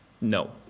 no